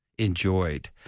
Enjoyed